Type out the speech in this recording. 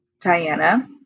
Diana